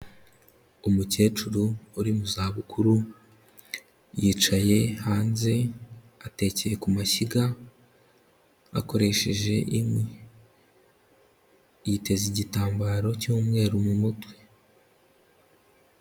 Umukecuru uri mu zabukuru yicaye hanze, atekeye ku mashyiga akoresheje inkwi, yiteza igitambaro cy'umweru mu mutwe.